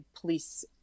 police